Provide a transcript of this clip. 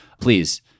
please